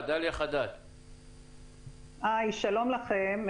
שלום לכם.